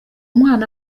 mwana